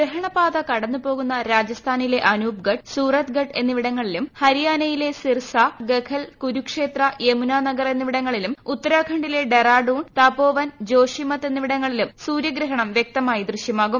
ഗ്രഹണപാത കടന്നുപോകുന്ന രാജസ്ഥാനിലെ അനൂപ്ഗഢ് സൂറത്ത്ഗഢ് എന്നിവിടങ്ങളിലും ഹരിയാനയിലെ സിർസ ജഖൽ കുരുക്ഷേത്ര യമുന നഗർ എന്നിവിടങ്ങളിലും ഉത്തരാഖണ്ഡിലെ ഡെറാഡൂൺ തപോവൻ ജോഷിമത് എന്നിവിടങ്ങളിലും സൂര്യഗ്രഹണം വ്യക്തമായി ദൃശ്യമാകും